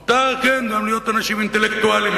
כן, מותר גם להיות אנשים אינטלקטואלים.